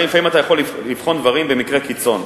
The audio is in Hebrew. לפעמים אתה יכול לבחון דברים במקרה קיצון.